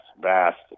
vast